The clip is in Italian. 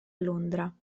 londra